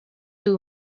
two